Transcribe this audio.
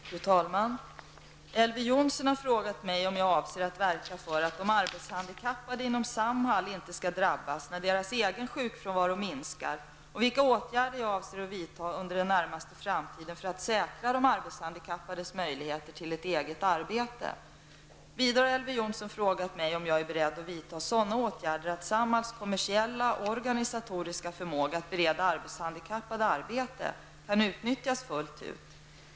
Fru talman! Elver Jonsson har frågat mig om jag avser att verka för att de arbetshandikappade inom Samhall inte skall drabbas när deras egen sjukfrånvaro minskar och vilka åtgärder jag avser att vidta under den närmaste framtiden för att säkra de arbetshandikappades möjligheter till ett eget arbete. Vidare har Elver Jonsson frågat mig om jag är beredd att vidta sådana åtgärder att Samhalls kommersiella och organisatoriska förmåga att bereda arbetshandikappade arbete kan utnyttjas fullt ut.